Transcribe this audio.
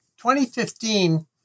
2015